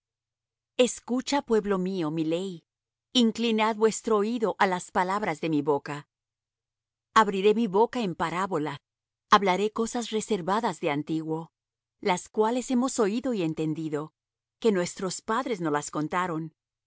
escucha pueblo mío mi ley inclinad vuestro oído á las palabras de mi boca abriré mi boca en parábola hablaré cosas reservadas de antiguo las cuales hemos oído y entendido que nuestros padres nos las contaron